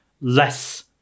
less